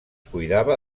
cuidava